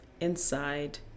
inside